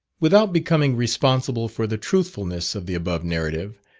without becoming responsible for the truthfulness of the above narrative,